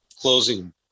closing